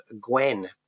Gwen